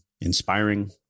inspiring